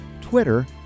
Twitter